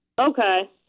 Okay